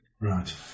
Right